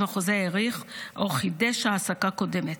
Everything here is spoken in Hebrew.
אם החוזה האריך או חידש העסקה קודמת,